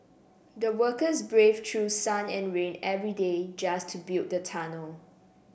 the workers braved through sun and rain every day just to build the tunnel